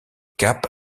cap